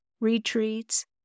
retreats